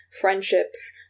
friendships